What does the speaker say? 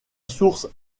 source